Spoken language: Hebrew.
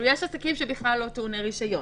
יש עסקים שבכלל לא טעוני רישיון.